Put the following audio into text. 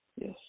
Yes